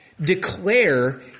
Declare